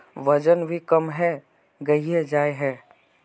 वजन भी कम है गहिये जाय है?